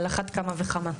על אחת כמה וכמה.